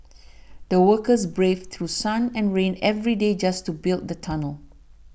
the workers braved through sun and rain every day just to build the tunnel